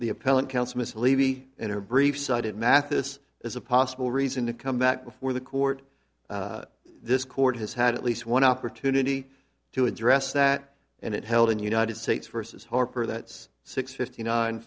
her brief cited mathis as a possible reason to come back before the court this court has had at least one opportunity to address that and it held in united states versus harper that's six fifty nine